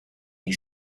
die